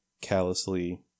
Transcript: callously